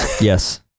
yes